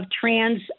trans